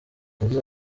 yagize